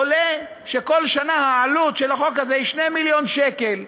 עולה שלכל שנה העלות של החוק הזה היא 2 מיליון שקל.